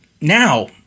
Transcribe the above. Now